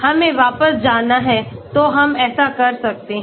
हमें वापस जाना है तो हम ऐसा कर सकते हैं